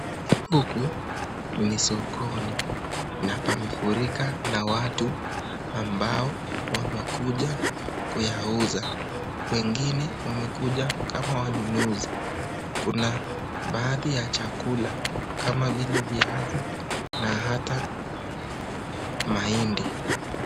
Huku ni sokoni napamefurika na watu ambao wamekuja kuyauza, Wengine wamekuja kama wanunuzi, kuna baadhi ya chakula kama vile viazi na hata mahindi